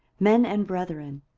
men and brethren,